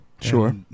Sure